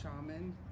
shaman